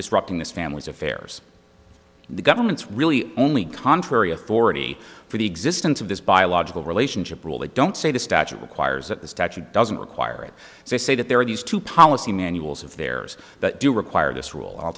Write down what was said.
disrupting this family's affairs the governments really only contrary authority for the existence of this biological relationship rule they don't say the statute requires that the statute doesn't require it they say that there are these two policy manuals of theirs that do require this rule i'll